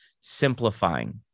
simplifying